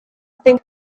think